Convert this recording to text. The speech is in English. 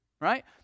Right